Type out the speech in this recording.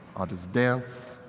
i'll just dance.